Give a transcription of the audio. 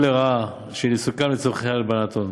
לרעה של עיסוקם לצורכי הלבנת הון.